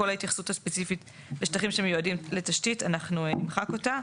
כל ההתייחסות הספציפית לשטחים שמיועדים לתשתית אנחנו נמחק אותה.